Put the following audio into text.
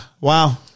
Wow